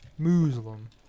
Muslim